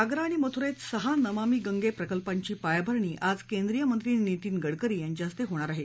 आग्रा आणि मथुरेत सहा नमामी गंगे प्रकल्पांची पायाभरणी आज केंद्रीय मंत्री नितिन गडकरी यांच्या हस्ते हाणार आहे